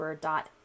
dot